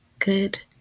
good